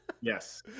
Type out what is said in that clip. Yes